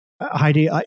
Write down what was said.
Heidi